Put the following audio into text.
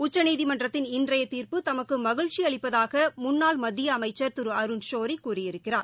உச்சநீதிமன்றத்தின் இன்றைய தீர்ப்பு தமக்கு மகிழ்ச்சியளிப்பதாக முன்னாள் மத்திய அமைச்சர் திரு அருண் ஷோரி கூறியிருக்கிறார்